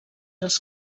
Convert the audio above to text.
els